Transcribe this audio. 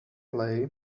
play